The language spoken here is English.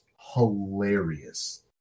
hilarious